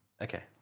Okay